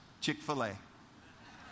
Chick-fil-A